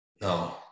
No